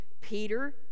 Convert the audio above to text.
peter